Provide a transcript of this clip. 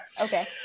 Okay